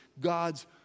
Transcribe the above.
God's